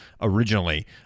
originally